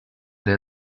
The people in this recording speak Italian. the